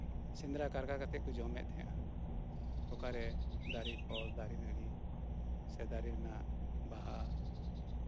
ᱥᱮᱸᱫᱽᱨᱟ ᱠᱟᱨᱠᱟ ᱠᱟᱛᱮᱜ ᱠᱚ ᱡᱚᱢ ᱮᱫ ᱮᱫ ᱛᱟᱸᱦᱮᱱᱟ ᱚᱠᱟᱨᱮ ᱫᱟᱨᱮ ᱯᱷᱚᱞ ᱫᱟᱨᱮ ᱱᱟᱲᱤ ᱥᱮ ᱫᱟᱨᱮ ᱨᱮᱱᱟᱜ ᱵᱟᱦᱟ